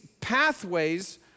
pathways